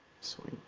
sweet